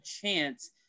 chance